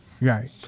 Right